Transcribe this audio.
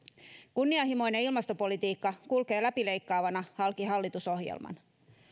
kunnianhimoinen ilmastopolitiikka kulkee läpileikkaavana halki hallitusohjelman